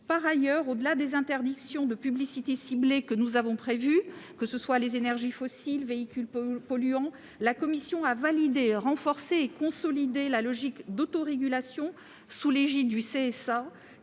Par ailleurs, au-delà des interdictions de publicité ciblées que nous avons prévues- énergies fossiles, véhicules polluants -, la commission a validé, renforcé et consolidé la logique d'autorégulation, sous l'égide du CSA,